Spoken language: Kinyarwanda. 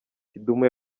kidumu